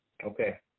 Okay